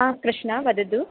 हा कृष्णा वदतु